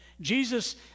Jesus